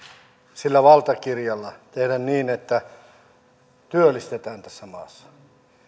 sillä valtakirjalla tehdä niin että työllistetään tässä maassa